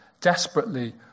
desperately